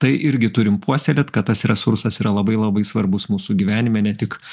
tai irgi turim puoselėt kad tas resursas yra labai labai svarbus mūsų gyvenime ne tik